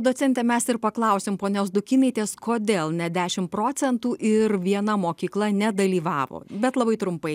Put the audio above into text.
docente mes ir paklausim ponios dukynaitės kodėl ne dešimt procentų ir viena mokykla nedalyvavo bet labai trumpai